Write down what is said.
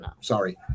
Sorry